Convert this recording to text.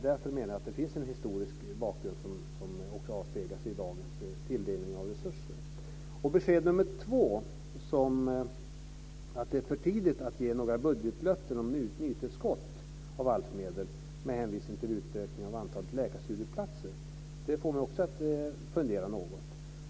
Därför menar jag att det finns en historisk bakgrund som avspeglar sig i dagens tilldelning av resurser. Besked nummer två, att det är för tidigt att ge några budgetlöften om nytillskott av ALF-medel med hänvisning till utökning av antalet läkarstudieplatser, får mig också att fundera något.